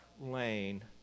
lane